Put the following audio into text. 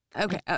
Okay